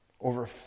over